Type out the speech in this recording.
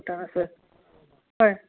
আছে হয়